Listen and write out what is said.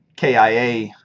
KIA